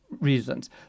reasons